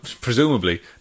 presumably